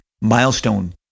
milestone